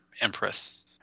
Empress